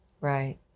Right